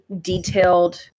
detailed